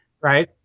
right